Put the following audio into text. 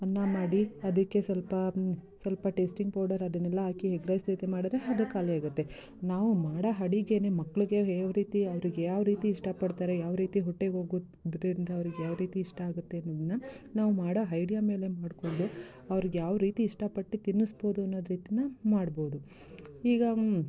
ಅನ್ನ ಮಾಡಿ ಅದಕ್ಕೆ ಸ್ವಲ್ಪ ಸ್ವಲ್ಪ ಟೇಸ್ಟಿಂಗ್ ಪೌಡರ್ ಅದನ್ನೆಲ್ಲ ಹಾಕಿ ಹೆಗ್ ರೈಸ್ ರೀತಿ ಮಾಡಿದ್ರೆ ಅದು ಖಾಲಿ ಆಗುತ್ತೆ ನಾವು ಮಾಡೋ ಅಡುಗೆನೇ ಮಕ್ಳಿಗೆ ಯಾವ ರೀತಿ ಅವ್ರಿಗೆ ಯಾವ ರೀತಿ ಇಷ್ಟಪಡ್ತಾರೆ ಯಾವ ರೀತಿ ಹೊಟ್ಟೆಗೆ ಹೋಗುದ್ರಿಂದ ಅವ್ರಿಗೆ ಯಾವ ರೀತಿ ಇಷ್ಟ ಆಗುತ್ತೆ ಅನ್ನೊದನ್ನು ನಾವು ಮಾಡೋ ಹೈಡ್ಯಾ ಮೇಲೆ ಮಾಡಿಕೊಂಡು ಅವ್ರಿಗೆ ಯಾವ ರೀತಿ ಇಷ್ಟಪಟ್ಟು ತಿನ್ನಿಸ್ಬೋದು ಅನ್ನೋದು ರೀತಿನೇ ಮಾಡ್ಬೋದು ಈಗ